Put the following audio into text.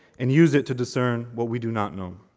and use it to discern what we do not know.